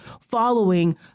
following